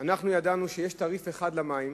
ידענו שיש תעריף אחד למים,